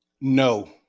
No